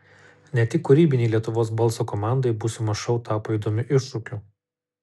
ne tik kūrybinei lietuvos balso komandai būsimas šou tapo įdomiu iššūkiu